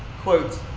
quote